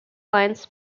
lines